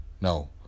no